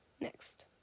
Next